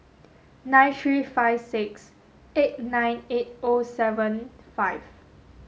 nine three five six eight nine eight O seven five